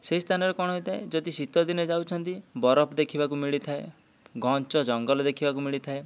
ସେହି ସ୍ଥାନରେ କଣ ହୋଇଥାଏ ଯଦି ଶୀତ ଦିନରେ ଯାଉଛନ୍ତି ବରଫ ଦେଖିବାକୁ ମିଳିଥାଏ ଘଞ୍ଚ ଜଙ୍ଗଲ ଦେଖିବାକୁ ମିଳିଥାଏ